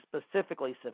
Specifically